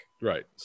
Right